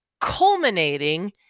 culminating